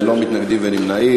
ללא מתנגדים וללא נמנעים.